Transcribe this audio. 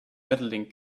medaling